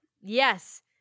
Yes